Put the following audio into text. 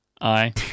Aye